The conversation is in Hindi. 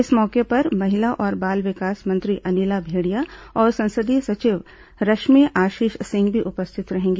इस मौके पर महिला और बाल विकास मंत्री अनिला भेंडिया और संसदीय सचिव रश्मि आशीष सिंह भी उपस्थित रहेंगी